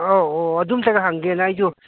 ꯑꯧ ꯑꯣ ꯑꯗꯨꯝꯇꯒ ꯍꯪꯒꯦꯅ ꯑꯩꯁꯨ